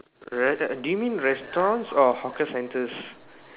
re~ do you mean restaurants or hawker centres